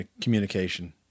communication